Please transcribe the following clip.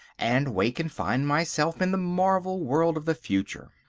and wake and find myself in the marvel world of the future.